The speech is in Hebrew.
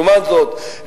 לעומת זאת,